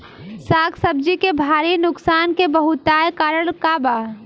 साग सब्जी के भारी नुकसान के बहुतायत कारण का बा?